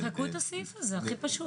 תמחקו את הסעיף הזה, הכי פשוט.